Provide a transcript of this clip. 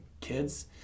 kids